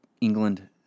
england